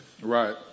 right